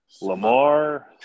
Lamar